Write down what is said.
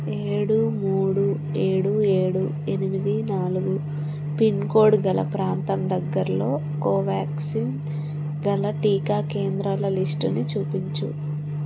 ఏడు మూడు ఏడు ఏడు ఎనిమిది నాలుగు పిన్కోడ్ గల ప్రాంతం దగ్గరలో కోవ్యాక్సిన్ గల టీకా కేంద్రాల లిస్టుని చూపించు